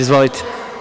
Izvolite.